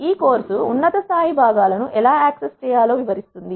ఈ కోర్సు ఉన్నత స్థాయి భాగాలను ఎలా ఎలా యాక్సెస్ చేయాలో వివరిస్తుంది